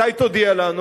מתי תודיע לנו?